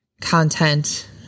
content